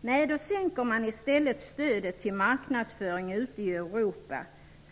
Nej, då minskar man i stället stödet till marknadsföring ute i Europa.